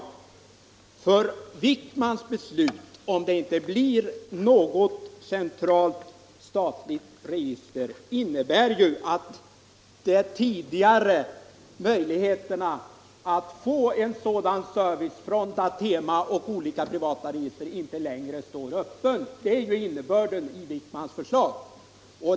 Herr Wijkmans förslag — att lagändringen genomförs, innan vi har fått ett centralt statligt register —- innebär ju att de tidigare möjligheterna att få en sådan service från Datema och olika privata register inte längre står öppna.